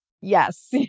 Yes